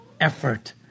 effort